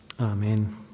Amen